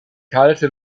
kalte